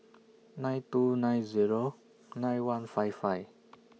nine two nine Zero nine one five five